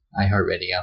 iHeartRadio